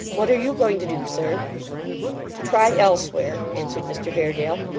what are you going to do, sir to try elsewhere answered mr haredale,